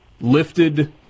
lifted